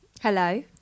Hello